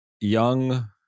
young